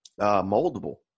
moldable